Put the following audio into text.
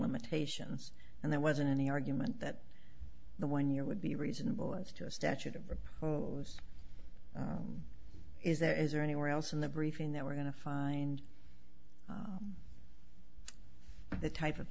limitations and there wasn't any argument that the one year would be reasonable as to a statute of those is there is or anywhere else in the briefing that we're going to find the type of